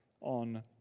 on